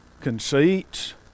conceits